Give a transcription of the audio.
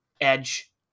Edge